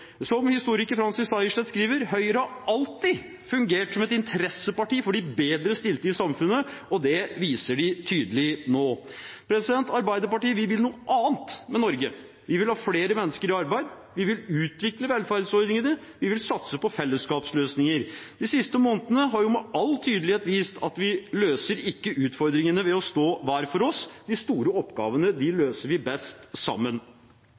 Som historiker Francis Sejersted skriver: «Høyre har alltid fungert som et interesseparti for de bedrestilte i samfunnet», og det viser de tydelig nå. Arbeiderpartiet vil noe annet med Norge. Vi vil ha flere mennesker i arbeid, vi vil utvikle velferdsordningene, vi vil satse på fellesskapsløsninger. De siste månedene har jo med all tydelighet vist at vi ikke løser utfordringene ved å stå hver for oss. De store oppgavene løser vi best sammen.